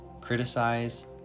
criticize